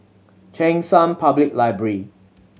Cheng San Public Library